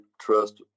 trust